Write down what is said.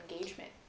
engagement